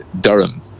Durham